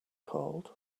called